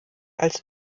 als